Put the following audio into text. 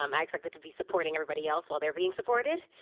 um i expected to be supporting everybody else while they are being supported.